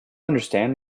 understand